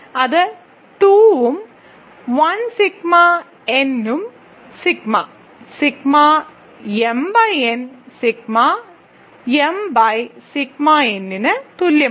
അത് 2 ഉം 1 sigma n ഉം sigma sigma m by n sigma m by sigma n ന് തുല്യമാണ്